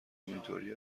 همینطوری